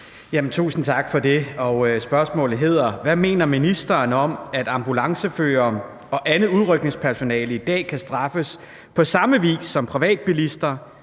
Aastrup Jensen (V): Hvad mener ministeren om, at ambulanceførere og andet udrykningspersonale i dag kan straffes på samme vis som privatbilister,